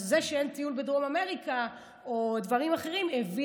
אז זה שאין טיול בדרום אמריקה או דברים אחרים הביא